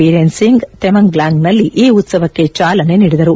ಬೀರೇನ್ ಸಿಂಗ್ ತಮೆಂಗಾಂಗ್ನಲ್ಲಿ ಈ ಉತವಕ್ಕೆ ಚಾಲನೆ ನೀಡಿದರು